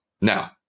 Now